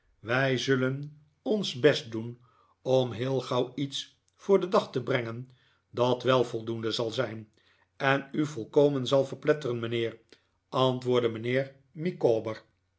wij zullen ons best doen om heel gauw iets voor den dag te brengen dat wel voldoende zal zijn en u volkomen zal verpletteren mijnheer antwoordde mijnheer